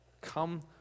come